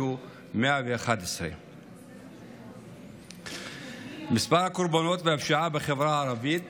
111. מספר הקורבנות והפשיעה בחברה הערבית